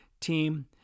team